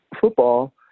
football